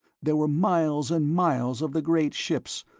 there were miles and miles of the great ships,